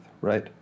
right